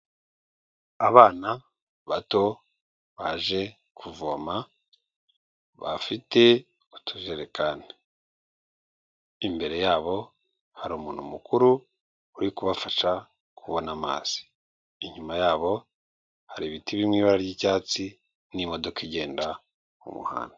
Abana bato baje kuvoma bafite utujerekani, imbere yabo hari umuntu mukuru uri kubafasha kubona amazi, inyuma yabo hari ibiti birimo ibara ry'icyatsi n'imodoka igenda mu muhanda.